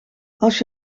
als